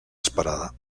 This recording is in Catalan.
esperada